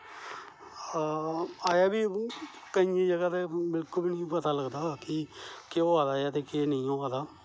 अजै बी केंइयें जगह उप्पर बिल्कुल गै नेईं पता लगदा कि केह् होआ दा ऐ ते केह् नेईं होआ दा